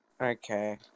Okay